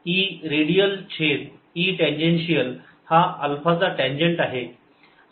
E radial छेद E tangential हा alpha चा टँजेन्ट आहे